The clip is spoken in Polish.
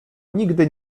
nigdy